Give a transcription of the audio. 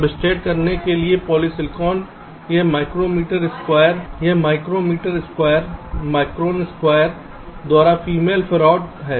substrate करने के लिए पॉलीसिलिकॉन यह माइक्रोमीटर स्क्वायर माइक्रोन स्क्वायर द्वारा फीमेलो फैराड है